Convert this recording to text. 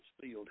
field